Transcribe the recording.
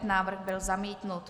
Návrh byl zamítnut.